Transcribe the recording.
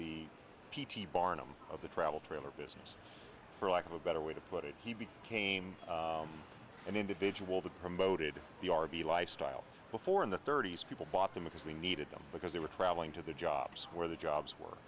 the p t barnum of the travel trailer business for lack of a better way to put it he became an individual that promoted the r v lifestyle before in the thirty's people bought them because we needed them because they were traveling to the jobs where the jobs were